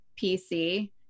PC